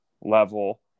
level